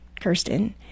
Kirsten